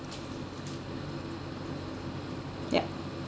yup